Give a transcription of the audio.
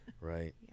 right